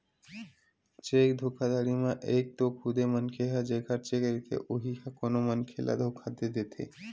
cheque धोखाघड़ी म एक तो खुदे मनखे ह जेखर चेक रहिथे उही ह कोनो मनखे ल धोखा दे देथे